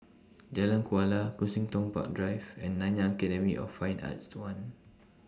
Jalan Kuala Kensington Park Drive and Nanyang Academy of Fine Arts The one